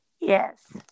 Yes